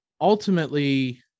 ultimately